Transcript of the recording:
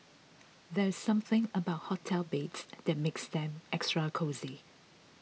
there's something about hotel beds that makes them extra cosy